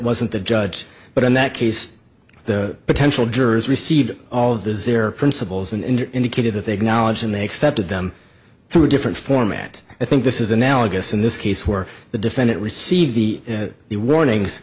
wasn't the judge but in that case the potential jurors receive all of those their principles and indicated that they acknowledged and they accepted them through a different format i think this is analogous in this case where the defendant received the the warnings